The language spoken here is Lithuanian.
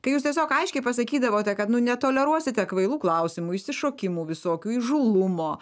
kai jūs tiesiog aiškiai pasakydavote kad netoleruosite kvailų klausimų išsišokimų visokių įžūlumo